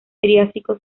triásico